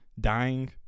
dying